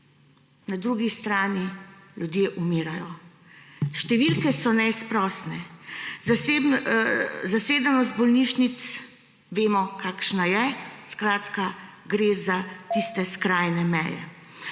na drugi strani ljudje umirajo. Številke so neizprosne. Zasedenost bolnišnic vemo, kakšna je, gre za tiste skrajne meje.